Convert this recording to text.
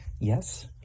Yes